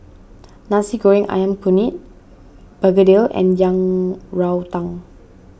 Nasi Goreng Ayam Kunyit Begedil and Yang Rou Tang